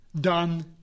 done